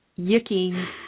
yucky